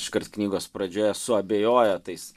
iškart knygos pradžioje suabejoja tais